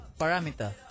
parameter